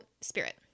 spirit